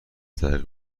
تعقیب